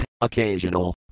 occasional